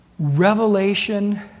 Revelation